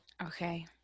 Okay